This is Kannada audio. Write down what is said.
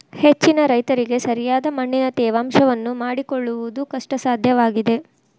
ಹೆಚ್ಚಿನ ರೈತರಿಗೆ ಸರಿಯಾದ ಮಣ್ಣಿನ ತೇವಾಂಶವನ್ನು ಮಾಡಿಕೊಳ್ಳವುದು ಕಷ್ಟಸಾಧ್ಯವಾಗಿದೆ